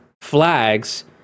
flags